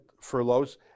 furloughs